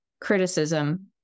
criticism